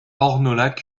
ornolac